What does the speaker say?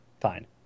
Fine